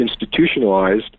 institutionalized